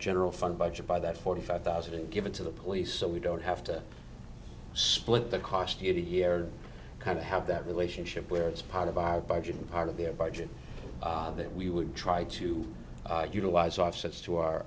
general fund budget by that forty five thousand and give it to the police so we don't have to split the cost year to year kind of have that relationship where it's part of our budget and part of their budget that we would try to utilize offsets to our